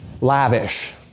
lavish